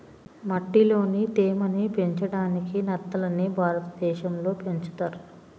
మట్టిలోని తేమ ని పెంచడాయికి నత్తలని భారతదేశం లో పెంచుతర్